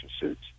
suits